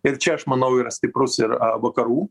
ir čia aš manau yra stiprus ir a vakarų